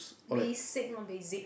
basic not basic